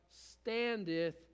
standeth